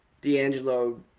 D'Angelo